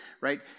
right